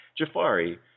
Jafari